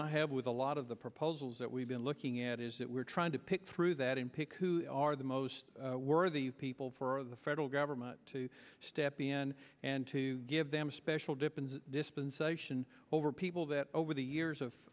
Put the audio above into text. i have with a lot of the proposals that we've been looking at is that we're trying to pick through that and pick who are the most worthy people for the federal government to step in and to give them special dip and dispensation over people that over the years of